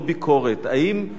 האם יוקם,